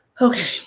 Okay